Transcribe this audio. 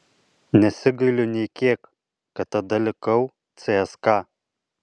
nesigailiu nė kiek kad tada likau cska